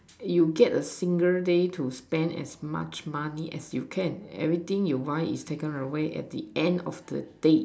you get a single day to spend as much money as you can everything you want is taken away at the end of the day